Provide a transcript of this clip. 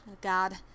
God